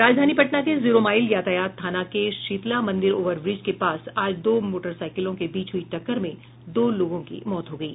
राजधानी पटना के जीरोमाइल यातायात थाना के शीतला मंदिर ओवर ब्रिज के पास आज दो मोटर साईकिलों के बीच हुई टक्कर में दो लोगों की मौत हो गयी